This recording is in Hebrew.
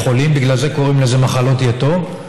בגלל זה קוראים להן מחלות יתום,